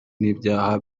n’ibyaha